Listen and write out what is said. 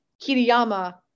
Kiriyama